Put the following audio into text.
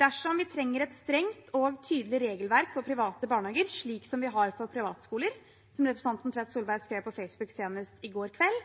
Dersom vi trenger et strengt og tydelig regelverk for private barnehager, slik som vi har for privatskoler – som representanten Tvedt Solberg skrev på Facebook senest i går kveld